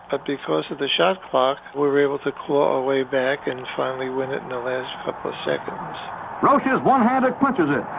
ah of the shot clock, we were able to claw our way back and finally win it in the last couple of seconds rocha's one handed clutches it!